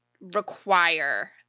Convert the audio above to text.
require